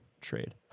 trade